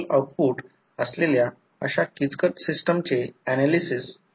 समजा जर ते तेथे असेल तर जर हे I2 असेल तर मग हा एक I2 असेल कारण त्या कन्वेंशन मुळे ते अँटी फेजमध्ये असतील